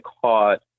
caught